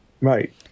Right